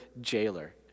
jailer